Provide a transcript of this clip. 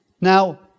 Now